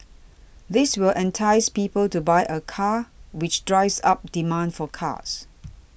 this will entice people to buy a car which drives up demand for cars